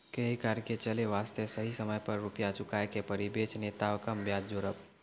Credit card के चले वास्ते सही समय पर रुपिया चुके के पड़ी बेंच ने ताब कम ब्याज जोरब?